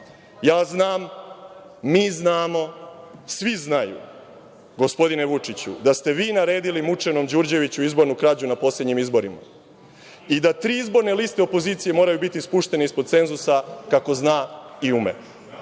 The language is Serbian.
Ja znam, mi znamo, svi znaju, gospodine Vučiću, da ste vi naredili mučenom Đurđeviću izbornu krađu na poslednjim izborima i da tri izborne liste opozicije moraju biti spuštene ispod cenzusa kako znate